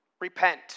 repent